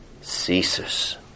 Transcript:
ceases